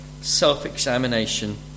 self-examination